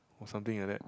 or something like that